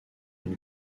une